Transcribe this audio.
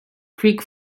creek